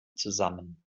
zusammen